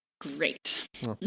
great